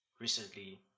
recently